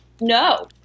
no